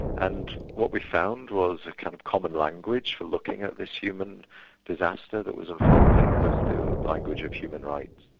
and what we found was a kind of common language for looking at this human disaster that was unfolding, was the language of human rights.